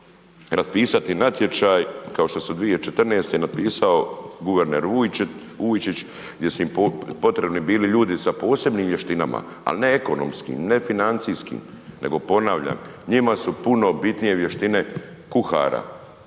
raspisati natječaj, kao što je 2014. napisao guverner Vujčić gdje su im potrebni bili ljudi sa posebnim vještinama, ali ne ekonomskih, ne financijskim nego ponavljam, njima su puno bitnije vještine kuhara,